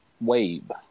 Wave